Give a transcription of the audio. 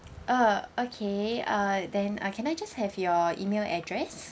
uh okay uh then uh can I just have your email address